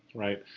right.